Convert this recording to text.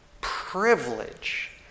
privilege